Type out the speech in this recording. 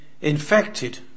infected